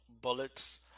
bullets